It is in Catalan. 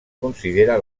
considera